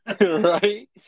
Right